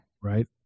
Right